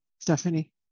Stephanie